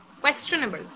Questionable